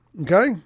okay